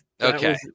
okay